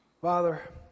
Father